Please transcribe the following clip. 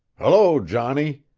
hullo, johnny,